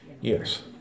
Yes